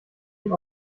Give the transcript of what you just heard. die